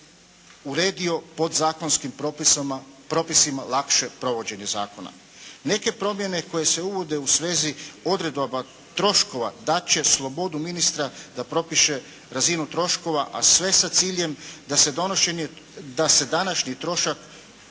uredio podzakonskim propisima lakše provođenje zakona. Neke promjene koje se uvode u svezi odredaba troškova, dati će slobodu ministra da propiše razinu troškova a sve sa ciljem da se današnji trošak